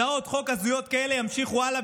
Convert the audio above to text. הצעות חוק הזויות כאלה ימשיכו הלאה